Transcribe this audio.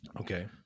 Okay